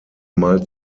mal